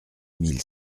mille